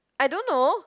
I don't know